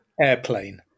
Airplane